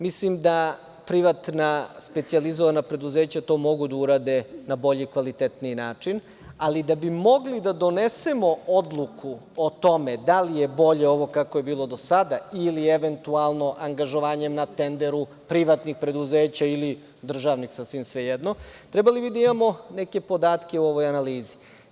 Mislim da privatna specijalizovana preduzeća to mogu da urade na bolji i kvalitetniji način, ali da bi mogli da donesemo odluku o tome da li je bolje kako je bilo do sada ili eventualno angažovanjem na tenderu privatnih preduzeća ili državnih, sasvim svejedno, trebali bi da imamo neke podatke o ovoj analizi.